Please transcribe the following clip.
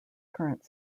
current